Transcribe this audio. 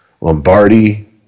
Lombardi